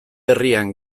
herrian